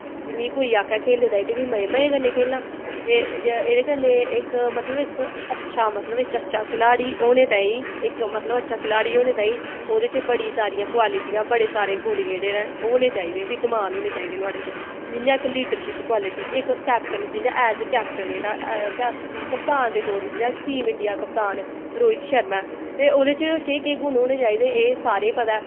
ते मिगी कोई आक्खै खेलने ताईं ते में मजे मजे कन्नै खेलना ते एह्दे कन्नै इक मतलव इक अच्छा मतलव इक अच्छा खिलाड़ी होने ताईं इक मतलव अच्छा खिलाड़ी होने ताईं ओह्दे च बड़ी सारियां क्वालीटियां बड़े सारे गुण जेह्ड़े नै होने चाहिदे विध्यमान होने चाहिदे नोह्ड़े च जियां इक लीडरशिप क्वालटी इक कैपटन जियां एज ए कैपटन जेह्ड़ा कैपटन कपतान दे तौर पर जियां टीम इंडियां दा कपतान रोहित शर्मा ऐ ते ओह्दे च केह् केह् गुण होने चाहिदे एह् सारें गी पता ऐ